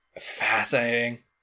Fascinating